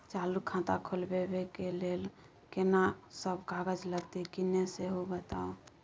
चालू खाता खोलवैबे के लेल केना सब कागज लगतै किन्ने सेहो बताऊ?